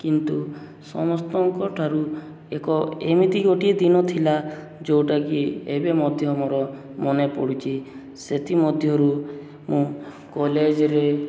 କିନ୍ତୁ ସମସ୍ତଙ୍କଠାରୁ ଏକ ଏମିତି ଗୋଟିଏ ଦିନ ଥିଲା ଯେଉଁଟାକି ଏବେ ମଧ୍ୟ ମୋର ମନେ ପଡ଼ୁଛି ସେଥିମଧ୍ୟରୁ ମୁଁ କଲେଜରେ